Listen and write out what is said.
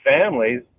families